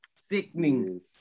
Sickening